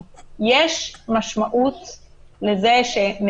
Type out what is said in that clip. איך אתם מקבלים מידע לגבי אזורי תחלואה ביהודה ושומרון?